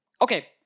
Okay